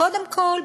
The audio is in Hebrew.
קודם כול,